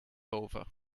over